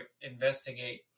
investigate